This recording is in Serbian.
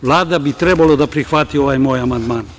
Vlada bi trebalo da prihvati ovaj moj amandman.